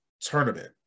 tournament